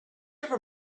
ever